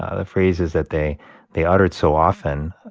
ah the phrases that they they uttered so often,